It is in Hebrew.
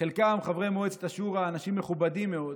חלקם חברי מועצת השורא, אנשים מכובדים מאוד.